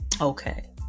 Okay